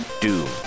Doom